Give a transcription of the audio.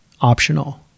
optional